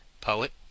Poet